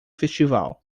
festival